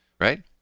Right